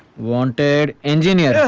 wanted engineer!